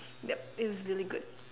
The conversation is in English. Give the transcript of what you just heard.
that feels really good